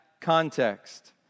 context